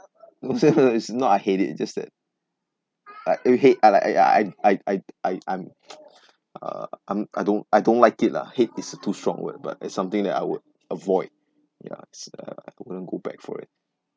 so no it's not like I hate it it's just that I uh hate I like uh ya I I I I I um uh I'm don't I don't like it ah hate is a too strong word but it's something that I would avoid yes uh I wouldn't go back for it